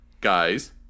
guys